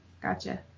Gotcha